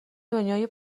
دنیای